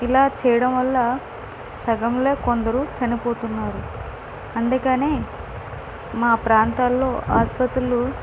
ఇలా చేయడం వల్ల సగంలో కొందరు చనిపోతున్నారు అందుకనే మా ప్రాంతాల్లో ఆసుపత్రిలో